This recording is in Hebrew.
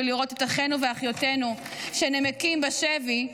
לראות את אחינו ואחיותינו שנמקים בשבי.